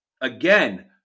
Again